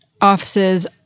offices